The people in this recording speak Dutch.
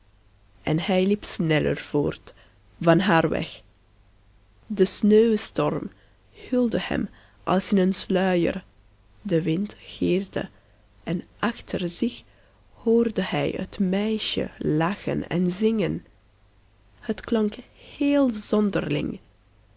en hij liep sneller voort van haar weg de sneeuwstorm hulde hem als in een sluier de wind gierde en achter zich hoorde hij het meisje lachen en zingen het klonk heel zonderling